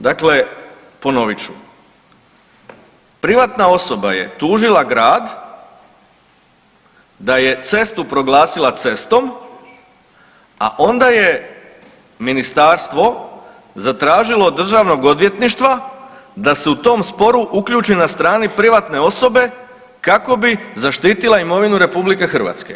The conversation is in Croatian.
Dakle, ponovit ću, privatna osoba je tužila grad da je cestu proglasila cestom, a onda je Ministarstvo zatražilo od Državnog odvjetništva da se u tom sporu uključi na strani privatne osobe kako bi zaštitila imovinu RH.